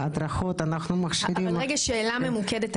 והדרכות --- שאלה ממוקדת,